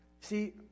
See